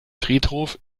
friedhof